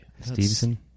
Stevenson